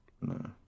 No